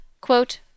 quote